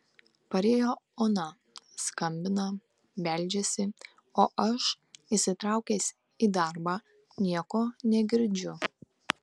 parėjo ona skambina beldžiasi o aš įsitraukęs į darbą nieko negirdžiu